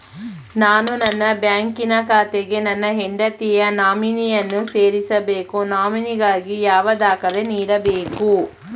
ನಾನು ನನ್ನ ಬ್ಯಾಂಕಿನ ಖಾತೆಗೆ ನನ್ನ ಹೆಂಡತಿಯ ನಾಮಿನಿಯನ್ನು ಸೇರಿಸಬೇಕು ನಾಮಿನಿಗಾಗಿ ಯಾವ ದಾಖಲೆ ನೀಡಬೇಕು?